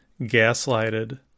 gaslighted